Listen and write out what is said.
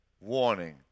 Warning